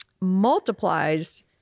multiplies